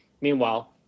meanwhile